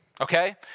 okay